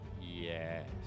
Yes